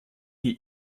hie